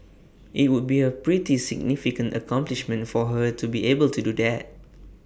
IT would be A pretty significant accomplishment for her to be able to do that